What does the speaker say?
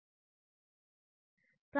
Refer Slide time 02